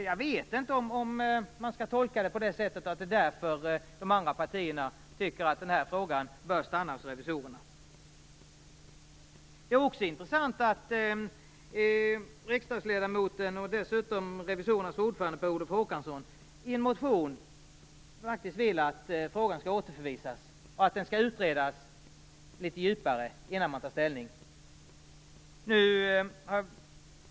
Jag vet inte om man skall tolka det på det sättet, att det är därför de andra partierna tycker att den här frågan bör stanna hos revisorerna. Det är också intressant att riksdagsledamoten och dessutom revisorernas ordförande, Per Olof Håkansson, i en motion faktiskt vill att frågan skall återförvisas och att den skall utredas litet djupare innan man tar ställning.